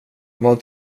vad